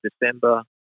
December